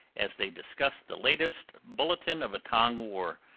as they discuss the latest bulletin of a tong war,